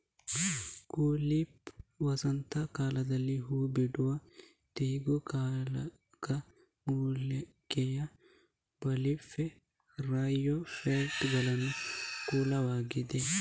Tulipa ವಸಂತ ಕಾಲದಲ್ಲಿ ಹೂ ಬಿಡುವ ದೀರ್ಘಕಾಲಿಕ ಮೂಲಿಕೆಯ ಬಲ್ಬಿಫೆರಸ್ಜಿಯೋಫೈಟುಗಳ ಕುಲವಾಗಿದೆ